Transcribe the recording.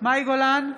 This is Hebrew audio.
מאי גולן,